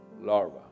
larva